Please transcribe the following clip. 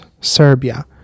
Serbia